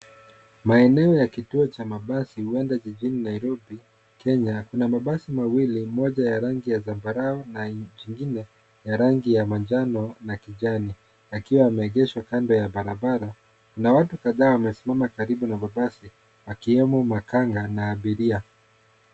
Maeneo ya kituo cha mabasi huenda jijini Nairobi, Kenya. Kuna mabasi mawili, moja ya rangi ya zambarau, na ingine ya rangi ya manjano na kijani, yakiwa yameegeshwa kando ya barabara. Kuna watu kadhaa wamesimama karibu na mabasi, akiwemo makanga na abiria.